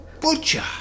butcher